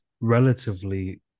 relatively